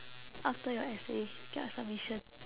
after your essay ya submission